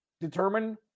determine